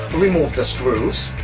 remove the screws.